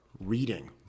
reading